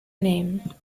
name